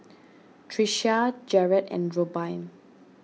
Trisha Jarred and Robyn